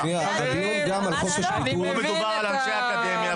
או מחוץ למוסד האקדמי,